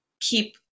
keep